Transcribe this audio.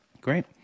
Great